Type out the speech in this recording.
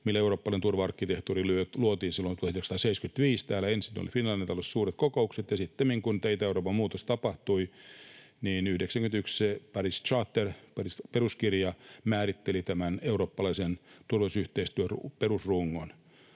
mille eurooppalainen turva-arkkitehtuuri luotiin silloin 1975. Täällä ensin oli Finlandia-talossa suuret kokoukset ja sittemmin, kun tämä Itä-Euroopan muutos tapahtui, 91 Paris Charter -peruskirja määritteli tämän eurooppalaisen turvallisuusyhteistyön perusrungon.